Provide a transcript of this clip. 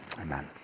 amen